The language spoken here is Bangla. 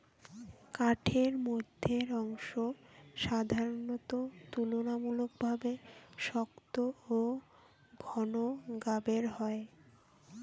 কাঠের মইধ্যের অংশ সাধারণত তুলনামূলকভাবে শক্ত ও ঘন গাবের হয়